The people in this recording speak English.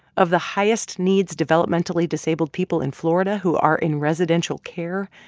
of the highest-needs developmentally disabled people in florida who are in residential care,